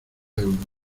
euros